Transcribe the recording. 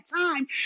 time